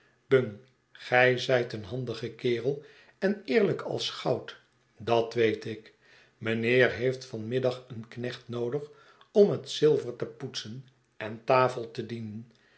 gij zijt een handige kerel en eerlijk als goud dat weet ik meneer heeft van middag een knecht noodig om het zilver te poetsen en tafel te dienen